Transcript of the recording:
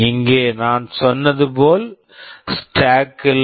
இங்கே நான் சொன்னது போல் ஸ்டேக் stack இல்லை